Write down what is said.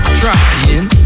trying